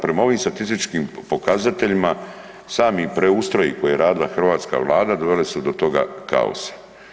Prema ovim statističkim pokazateljima sami preustroj koji je radila hrvatska Vlada dovele su do toga kaosa.